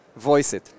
VoiceIt